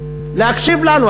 להקשיב לנו.